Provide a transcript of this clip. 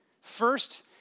first